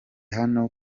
hano